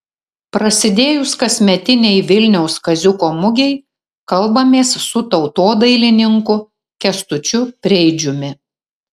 prasidėjus kasmetinei vilniaus kaziuko mugei kalbamės su tautodailininku kęstučiu preidžiumi